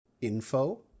info